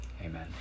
Amen